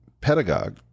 pedagogue